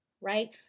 right